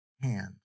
hand